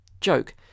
joke